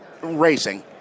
racing